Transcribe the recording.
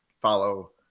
follow